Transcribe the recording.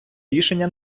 рішення